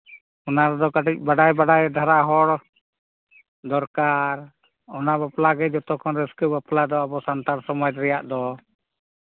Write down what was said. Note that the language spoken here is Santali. ᱚᱱᱟ ᱨᱮᱫᱚ ᱠᱟᱹᱴᱤᱡ ᱵᱟᱰᱟᱭ ᱫᱷᱟᱨᱟ ᱦᱚᱲ ᱫᱚᱨᱠᱟᱨ ᱚᱱᱟ ᱵᱟᱯᱞᱟ ᱜᱮ ᱡᱚᱛᱚ ᱠᱷᱚᱱ ᱨᱟᱹᱥᱠᱟᱹ ᱵᱟᱯᱞᱟ ᱫᱚ ᱟᱵᱚ ᱥᱟᱱᱛᱟᱲ ᱥᱚᱢᱟᱡᱽ ᱨᱮᱭᱟᱜ ᱫᱚ